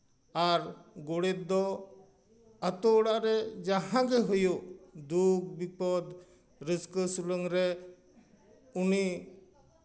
ᱟᱨ ᱜᱳᱰᱮᱛ ᱫᱚ ᱟᱛᱳ ᱚᱲᱟᱜ ᱨᱮ ᱡᱟᱦᱟᱸ ᱜᱮ ᱦᱩᱭᱩᱜ ᱫᱩᱠ ᱵᱤᱯᱚᱫᱽ ᱨᱟᱹᱥᱠᱟᱹ ᱥᱩᱞᱟᱹᱝ ᱨᱮ ᱩᱱᱤ